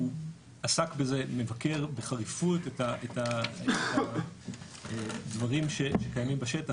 הוא עסק בזה ומבקר בחריפות את הדברים שקיימים בשטח,